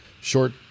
short